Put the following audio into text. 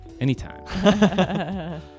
Anytime